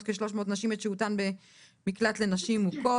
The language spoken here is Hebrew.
כ-300 נשים את שהותן במקלט לנשים מוכות.